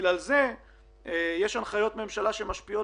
ובגלל זה יש הנחיות ממשלה שמשפיעות